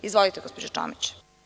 Izvolite, gospođo Čomić.